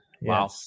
Wow